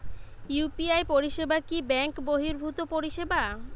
UPI পরিসেবা কি bank বর্হিভুত পরিসেবা?